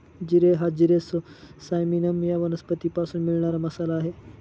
जिरे हा जिरे सायमिनम या वनस्पतीपासून मिळणारा मसाला आहे